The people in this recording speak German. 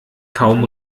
kaum